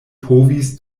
povis